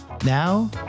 Now